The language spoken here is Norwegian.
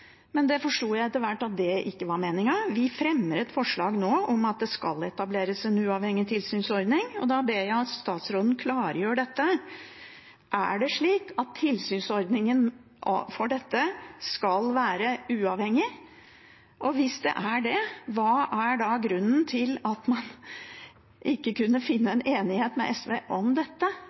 Men jeg forsto etter hvert at det ikke var meningen. Vi fremmer nå et forslag om at det skal etableres en uavhengig tilsynsordning, og da ber jeg statsråden klargjøre: Er det slik at tilsynsordningen skal være uavhengig? Og hvis det faktisk er slik, hva er da grunnen til at man ikke kunne finne en enighet med SV om dette?